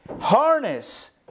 harness